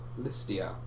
Listia